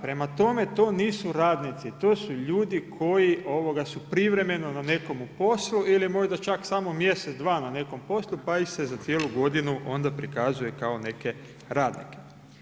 Prema tome, to nisu radnici, to su ljudi koji su privremeno na nekom poslu ili možda čak samo mjesec, dva na nekom poslu pa ih se za cijelu godinu onda prikazuje kao neke radnike.